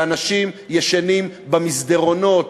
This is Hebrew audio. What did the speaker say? ואנשים ישנים במסדרונות.